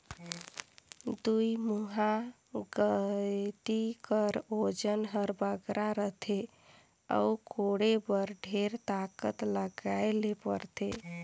दुईमुहा गइती कर ओजन हर बगरा रहथे अउ कोड़े बर ढेर ताकत लगाए ले परथे